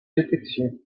détection